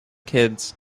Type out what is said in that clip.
kids